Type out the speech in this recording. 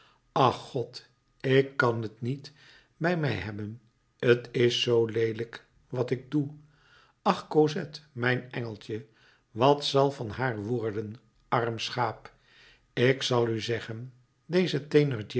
ach god ik kan t niet bij mij hebben t is zoo leelijk wat ik doe ach cosette mijn engeltje wat zal van haar worden arm schaap ik zal u zeggen deze